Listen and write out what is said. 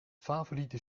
favoriete